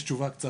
יש תשובה קצרה.